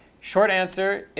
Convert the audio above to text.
short answer,